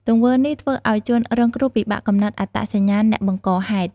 ទង្វើនេះធ្វើឲ្យជនរងគ្រោះពិបាកកំណត់អត្តសញ្ញាណអ្នកបង្កហេតុ។